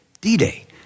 D-Day